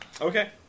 Okay